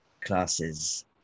classes